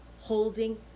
holding